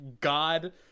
god